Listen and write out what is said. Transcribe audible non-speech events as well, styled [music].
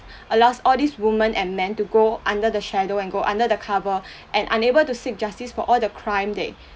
allows all these women and men to go under the shadow and go under the cover [breath] and unable to seek justice for all the crime they